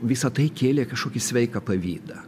visa tai kėlė kažkokį sveiką pavydą